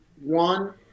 one